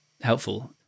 helpful